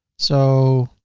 so,